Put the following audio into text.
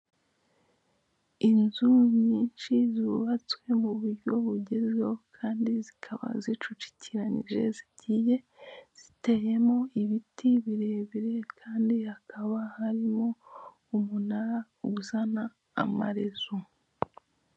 Inzu nyinshi zubatswe mu buryo bugezweho kandi zikaba zicucikiranyije zigiye ziteyemo ibiti birebire kandi hakaba harimo umunara uzana amarezo.